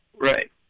Right